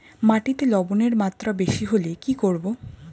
মাটিতে লবণের মাত্রা বেশি হলে কি করব?